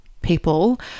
people